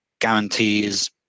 guarantees